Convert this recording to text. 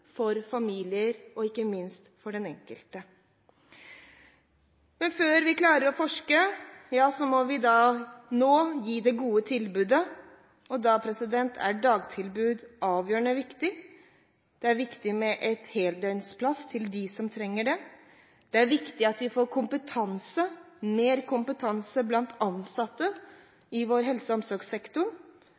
for familier og ikke minst for den enkelte. Men før vi klarer å forske, må vi – nå – gi det gode tilbudet. Da er et dagtilbud avgjørende viktig. Det er viktig med heldøgnsplass til dem som trenger det. Det er viktig at de ansatte i helse- og omsorgssektoren får mer kompetanse.